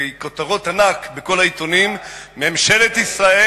כותרות ענק בכל העיתונים, ממשלת ישראל